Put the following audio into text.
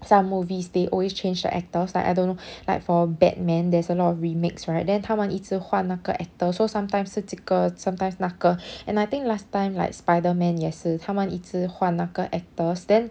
some movies they always change the actors like I don't know like for batman there's a lot of remixed right then 他们一直换那个 actor so sometimes 是这个 sometimes 那个 and I think last time like spiderman 也是他们一直换那个 actors then